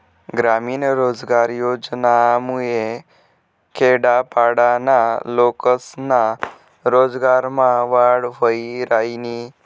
ग्रामीण रोजगार योजनामुये खेडापाडाना लोकेस्ना रोजगारमा वाढ व्हयी रायनी